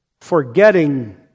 forgetting